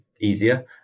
easier